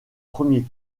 premier